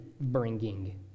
bringing